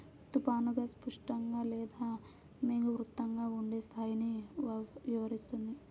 తుఫానుగా, స్పష్టంగా లేదా మేఘావృతంగా ఉండే స్థాయిని వివరిస్తుంది